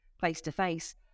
face-to-face